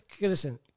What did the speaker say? Listen